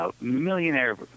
millionaire